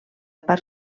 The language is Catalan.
part